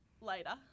later